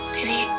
Baby